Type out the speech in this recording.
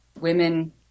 women